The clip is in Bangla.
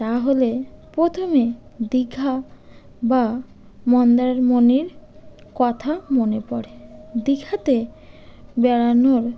তাহলে পোথমে দীঘা বা মন্দারমণির কথা মনে পড়ে দীঘাতে বেড়ানোর